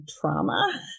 trauma